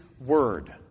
word